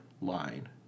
line